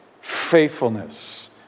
faithfulness